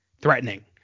threatening